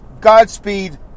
Godspeed